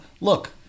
Look